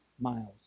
miles